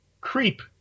creep